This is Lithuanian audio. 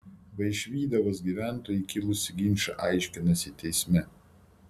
vaišvydavos gyventojai kilusį ginčą aiškinasi teisme